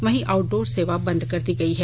वहीं आउटडोर सेवा बंद कर दी गयी है